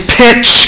pitch